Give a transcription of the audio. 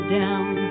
down